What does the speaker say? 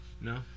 No